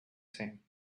same